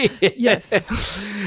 Yes